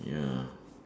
ya